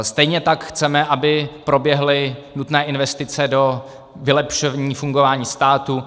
Stejně tak chceme, aby proběhly nutné investice do vylepšení fungování státu.